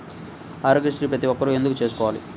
ఆరోగ్యశ్రీ ప్రతి ఒక్కరూ ఎందుకు చేయించుకోవాలి?